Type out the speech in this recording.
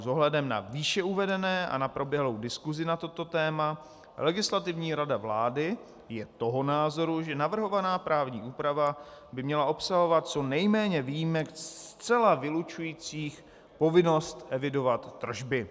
S ohledem na výše uvedené a na proběhlou diskusi na toto téma Legislativní rada vlády je toho názoru, že navrhovaná právní úprava by měla obsahovat co nejméně výjimek zcela vylučujících povinnost evidovat tržby.